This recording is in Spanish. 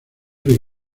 que